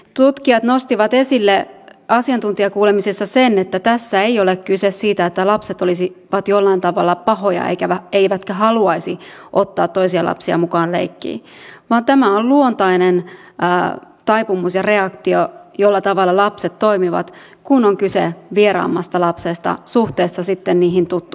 tutkijat nostivat esille asiantuntijakuulemisessa sen että tässä ei ole kyse siitä että lapset olisivat jollain tavalla pahoja eivätkä haluaisi ottaa toisia lapsia mukaan leikkiin vaan tämä on luontainen taipumus ja reaktio tapa jolla lapset toimivat kun on kyse vieraammasta lapsesta suhteessa sitten niihin tuttuihin lapsiin